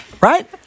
Right